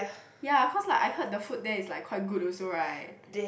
ya cause like I heard the food there is like quite good also right